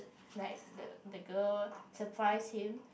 like the the girl surprise him